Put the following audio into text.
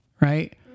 right